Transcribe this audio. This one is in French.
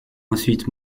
ensuite